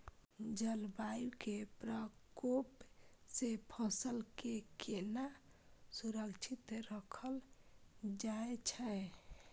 जलवायु के प्रकोप से फसल के केना सुरक्षित राखल जाय छै?